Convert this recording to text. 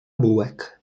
bułek